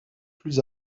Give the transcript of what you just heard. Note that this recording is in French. plus